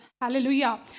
Hallelujah